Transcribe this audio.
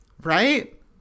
Right